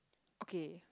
okay